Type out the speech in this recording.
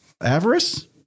avarice